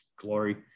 glory